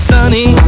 Sunny